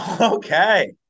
Okay